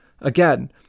Again